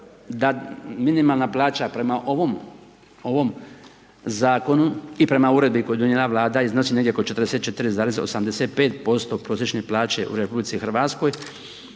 da minimalna plaća prema ovom zakonu i prema uredbi koju je donijela Vlada iznosi negdje oko 44,85% prosječne plaće u RH da je to